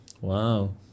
Wow